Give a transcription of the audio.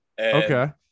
Okay